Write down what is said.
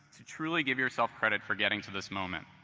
to truly give yourself credit for getting to this moment.